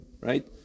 right